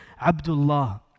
Abdullah